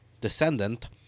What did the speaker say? Descendant